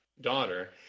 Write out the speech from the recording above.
daughter